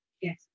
yes